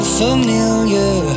familiar